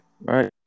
right